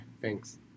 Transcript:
thanks